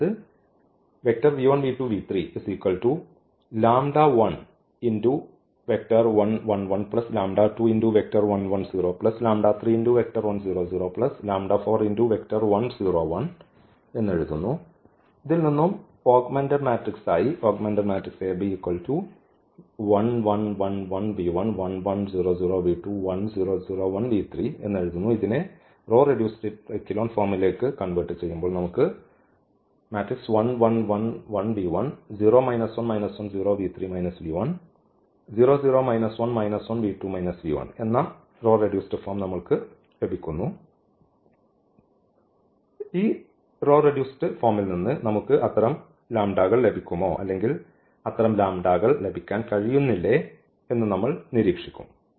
അതായത് അതിനാൽ ഈ റെഡ്യൂസ്ഡ് ഫോം നമ്മൾക്ക് ഇവിടെയുണ്ട് ഇപ്പോൾ ഈ റെഡ്യൂസ്ഡ് ഫോമിൽ നിന്ന് നമുക്ക് അത്തരം ലാംഡാസ് ലഭിക്കുമോ അല്ലെങ്കിൽ അത്തരം ലാംഡാസ് ലഭിക്കാൻ കഴിയുന്നില്ലേ എന്ന് നമ്മൾനിരീക്ഷിക്കും